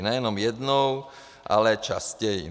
Ne jenom jednou, ale častěji.